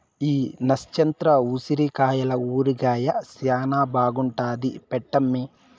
ఈ నచ్చత్ర ఉసిరికాయల ఊరగాయ శానా బాగుంటాది పెట్టమ్మీ